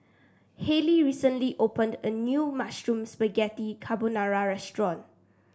Hayley recently opened a new Mushroom Spaghetti Carbonara Restaurant